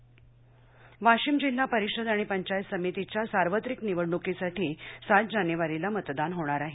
वाशीम निवडणूक वाशीम जिल्हा परिषद आणि पंचायत समितीच्या सार्वत्रिक निवडणुकीसाठी सात जानेवारीला मतदान होणार आहे